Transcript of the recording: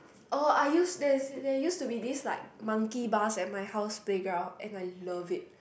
orh I use there's there used to be these like monkey bars at my house playground and I love it